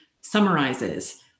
summarizes